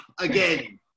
again